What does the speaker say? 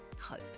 hope